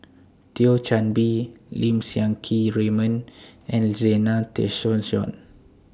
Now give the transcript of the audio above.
Thio Chan Bee Lim Siang Keat Raymond and Zena Tessensohn